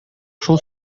шул